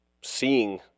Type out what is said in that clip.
seeing